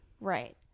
right